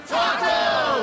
Tacos